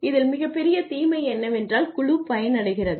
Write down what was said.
இதில் மிகப்பெரிய தீமை என்னவென்றால் குழு பயனடைகிறது